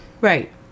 Right